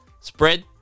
Spread